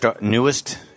newest –